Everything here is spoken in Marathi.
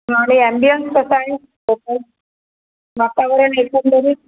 अणि ॲम्बियन्स कसा आहे वातावरण एकंदरीत